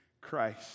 Christ